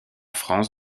france